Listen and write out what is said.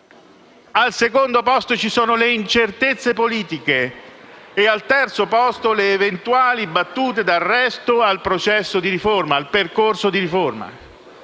al secondo posto ci sono le incertezze politiche e al terzo le eventuali battute d'arresto al processo e al percorso di riforma.